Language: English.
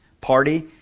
party